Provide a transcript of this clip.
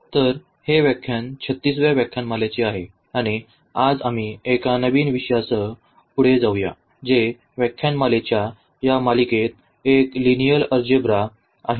तर हे व्याख्यान 36 व्या व्याख्यानमालेचे आहे आणि आज आम्ही एका नवीन विषयासह पुढे जाऊया जे व्याख्यानमालेच्या या मालिकेत एक लिनिअर अल्जेब्रा आहे